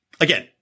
Again